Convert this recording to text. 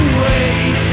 wait